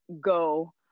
go